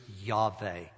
Yahweh